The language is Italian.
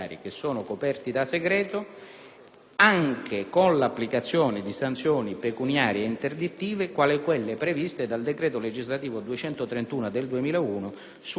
anche con l'applicazione di sanzioni pecuniarie interdittive quali quelle previste dal decreto legislativo n. 231 del 2001 sulla responsabilità delle persone giuridiche.